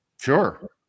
sure